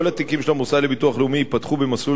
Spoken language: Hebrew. כל התיקים של המוסד לביטוח לאומי ייפתחו במסלול